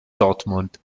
dortmund